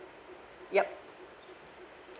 yup